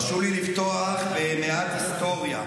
הרשו לי לפתוח במעט היסטוריה.